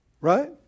Right